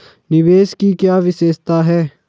निवेश की क्या विशेषता है?